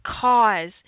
cause